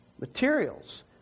materials